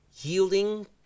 Yielding